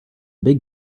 big